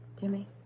Jimmy